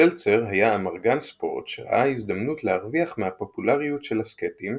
זלצר היה אמרגן ספורט שראה הזדמנות להרוויח מהפופולריות של הסקייטים,